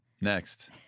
Next